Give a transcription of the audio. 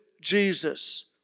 Jesus